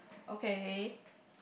okay